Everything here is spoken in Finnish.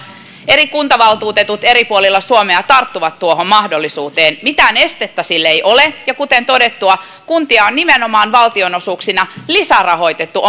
kuntavaltuutetut eri puolilla suomea tarttuvat tuohon mahdollisuuteen mitään estettä sille ei ole ja kuten todettua kuntia on nimenomaan valtionosuuksin lisärahoitettu